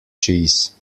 cheese